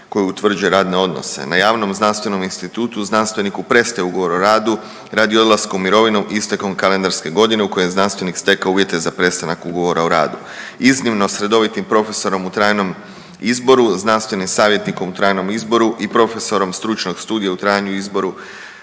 koji utvrđuje radne odnose. Na javnom znanstvenom institutu znanstveniku prestaje ugovor o radu radi odlaska u mirovinu istekom kalendarske godine u kojoj je znanstvenik stekao uvjete za prestanak ugovora o radu. Iznimno, s redovitim profesorom u trajnom izboru, znanstvenim savjetnikom u trajnom izboru i profesorom stručnog studija u trajnom izboru